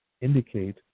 indicate